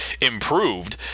improved